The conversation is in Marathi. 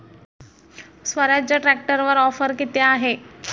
स्वराज्य ट्रॅक्टरवर ऑफर किती आहे?